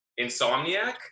Insomniac